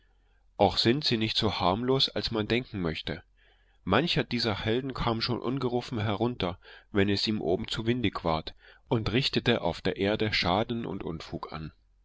auch sind sie nicht so harmlos als man denken möchte mancher dieser helden kam schon ungerufen herunter wenn es ihm oben zu windig ward und richtete auf der erde schaden und unfug an